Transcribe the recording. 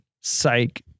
Psych